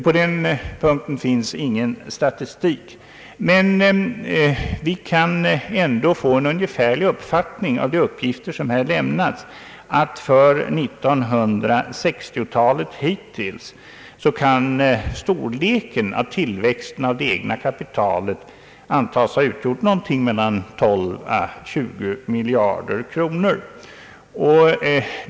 På den punkten finns ingen statistik, men vi kan ändå få en ungefärlig uppfattning av de uppgifter som lämnas, nämligen att hittills under 1960-talet kan storleken av det egna kapitalets tillväxt antas ha utgjort någonting mellan 12 och 20 miljarder kronor.